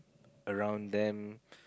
around them